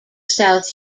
south